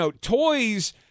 toys